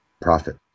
prophet